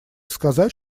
сказать